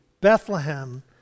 Bethlehem